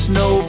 no